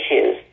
issues